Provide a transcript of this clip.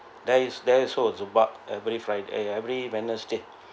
there is there is also a zumba at every friday uh every wednesday